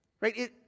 Right